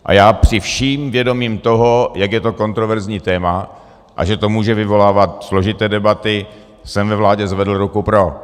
A já při všem vědomí toho, jak je to kontroverzní téma a že to může vyvolávat složité debaty, jsem ve vládě zvedl ruku pro.